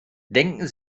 denken